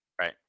Right